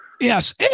Yes